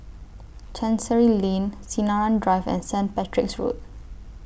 Chancery Lane Sinaran Drive and Saint Patrick's Road